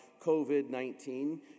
COVID-19